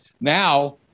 Now